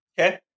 Okay